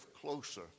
closer